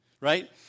right